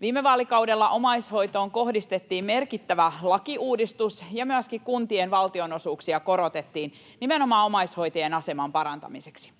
Viime vaalikaudella omaishoitoon kohdistettiin merkittävä lakiuudistus ja myöskin kuntien valtionosuuksia korotettiin nimenomaan omaishoitajien aseman parantamiseksi.